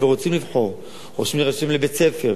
רוצים לבחור או שרוצים להירשם לבית-ספר,